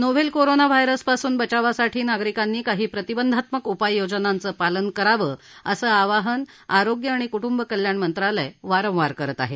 novel corona व्हायरसपासून बचावासाठी नागरिकांनी काही प्रतिबंधात्मक उपाययोजनांचं पालन करावं असं आवाहन आरोग्य आणि कुटुंब कल्याण मंत्रालय वारंवार करत आहे